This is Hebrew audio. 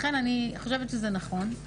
לכן אני חושבת שזה נכון.